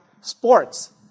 sports